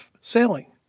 Sailing